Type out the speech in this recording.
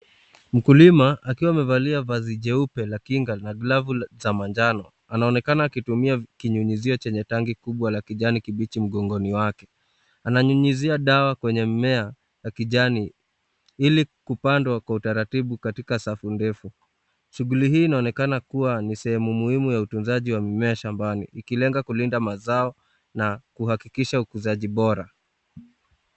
Mkulima, akiwa amevalia vazi jeupe la kinga na glavu za manjano, anaonekana akitumia kinyunyizio chenye tanki kubwa la kijani kibichi mgongoni wake. Ananyunyizia dawa kwenye mmea wa kijani, ili kupandwa kwa utaratibu katika safu ndefu. Shughuli hii inaonekana kuwa ni sehemu muhimu ya utunzaji wa mimea shambani, ikilenga kulinda mazao na kuhakikisha ukuzaji bora.